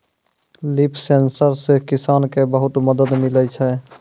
लिफ sensor से किसान के बहुत मदद मिलै छै